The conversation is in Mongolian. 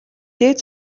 дээд